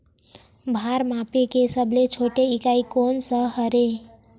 भार मापे के सबले छोटे इकाई कोन सा हरे?